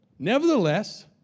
Nevertheless